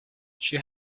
she